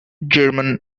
german